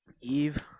Eve